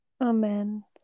Amen